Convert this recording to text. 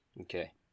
Okay